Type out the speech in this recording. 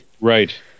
Right